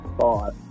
Five